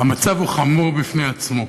המצב חמור כשלעצמו.